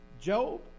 Job